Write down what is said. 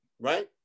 Right